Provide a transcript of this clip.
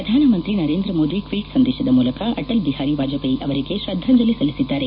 ಶ್ರಧಾನ ಮಂತ್ರಿ ನರೇಂದ್ರ ಮೋದಿ ಟ್ವೀಟ್ ಸಂದೇತದ ಮೂಲಕ ಅಟಲ್ ಬಿಹಾರಿ ವಾಜಹೇಯಿ ಅವರಿಗೆ ಶ್ರದ್ದಾಂಜಲಿ ಸಲ್ಲಿಸಿದ್ದಾರೆ